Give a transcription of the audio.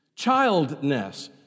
childness